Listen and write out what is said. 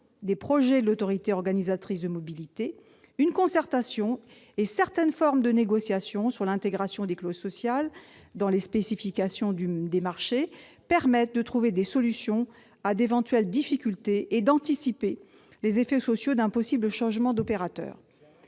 des projets de l'autorité organisatrice de mobilités, une concertation et certaines formes de négociation sur l'intégration de clauses sociales dans les spécifications des marchés permettent de trouver des solutions à d'éventuelles difficultés et d'anticiper les effets sociaux d'un possible changement d'opérateur.